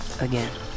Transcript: Again